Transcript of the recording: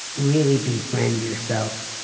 really befriend yourself.